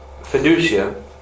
fiducia